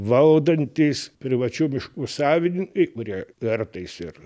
valdantys privačių miškų savininkai kurie kartais ir